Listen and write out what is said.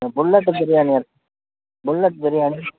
bullet biryani bullet biryani